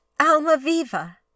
Almaviva